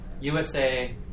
USA